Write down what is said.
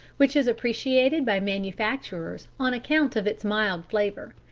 which is appreciated by manufacturers on account of its mild flavour.